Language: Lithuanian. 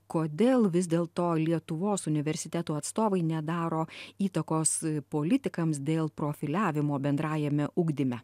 kodėl vis dėl to lietuvos universitetų atstovai nedaro įtakos politikams dėl profiliavimo bendrajame ugdyme